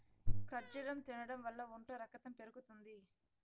ఖర్జూరం తినడం వల్ల ఒంట్లో రకతం పెరుగుతుంది